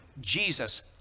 Jesus